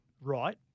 right